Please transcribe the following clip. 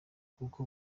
kuko